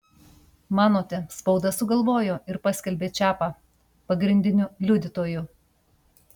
manote spauda sugalvojo ir paskelbė čiapą pagrindiniu liudytoju